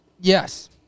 yes